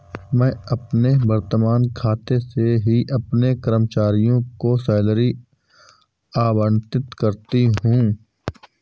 मैं अपने वर्तमान खाते से ही अपने कर्मचारियों को सैलरी आबंटित करती हूँ